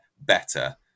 better